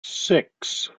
six